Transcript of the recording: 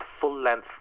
full-length